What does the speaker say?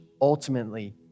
ultimately